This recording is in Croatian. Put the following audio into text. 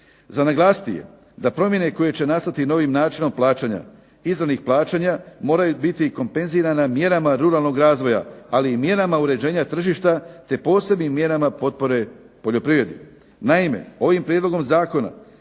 Za naglasiti je da promjene koje će nastati novim načinom plaćanja izravnih plaćanja moraju biti i kompenzirana mjerama ruralnog razvoja, ali i mjerama uređenja tržišta, te posebnim mjerama potpore poljoprivredi. Naime, ovim prijedlogom zakona